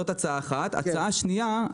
הצעה שנייה,